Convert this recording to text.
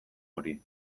hori